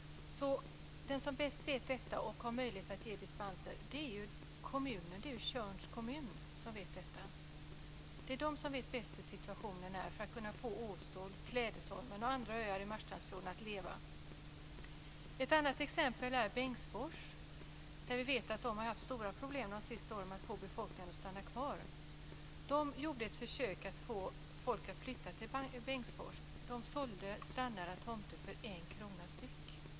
Den som vet bäst och har bäst möjligheter att ge dispenser är kommunen. Det är Tjörns kommun som vet bäst. Det är de som vet bäst hur situationen är och vad man ska göra för att få Åstol, Klädesholmen och andra öar i Marstrandsfjorden att leva. Ett annat exempel är Bengtsfors. Vi vet att de har haft stora problem med att få befolkningen att stanna kvar de senaste åren. De gjorde ett försök att få folk att flytta till Bengtsfors. De sålde strandnära tomter för 1 kr styck.